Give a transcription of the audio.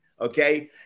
Okay